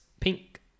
pink